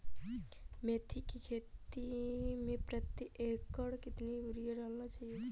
मेथी के खेती में प्रति एकड़ कितनी यूरिया डालना चाहिए?